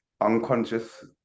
Unconscious